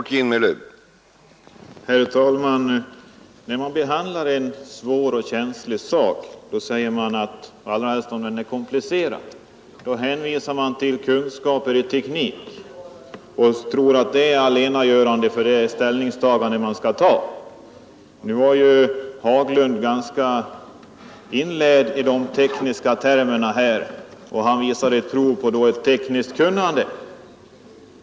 Herr talman! När man behandlar en svår och känslig sak — allra helst om den är komplicerad — hänvisar man till tekniska kunskaper och tror att sådana är allena saliggörande för det beslut man skall fatta. Herr Haglund var ju ganska insatt i de tekniska termerna i detta sammanhang och visade prov på ett tekniskt kunnande.